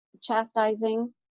chastising